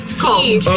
called